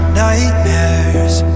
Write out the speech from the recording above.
nightmares